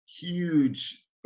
huge